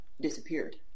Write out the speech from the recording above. disappeared